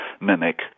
mimic